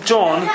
John